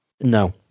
No